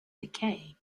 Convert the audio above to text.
decay